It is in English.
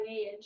age